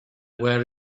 where